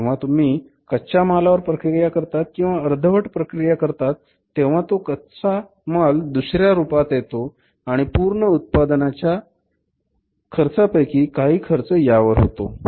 जेव्हा तुम्ही कच्च्या मालावर प्रक्रिया करतात किंवा अर्धवट प्रक्रिया करतात तेव्हा तो कच्चामाल दुसऱ्या रुपात येतो आणि पूर्ण उत्पादनाचा उत्पादनाच्या खर्चापैकी काही खर्च यावर होतो